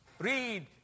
Read